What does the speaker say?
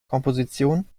komposition